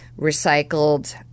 recycled